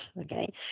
okay